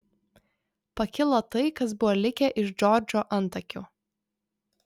pakilo tai kas buvo likę iš džordžo antakių